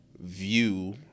view